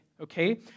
okay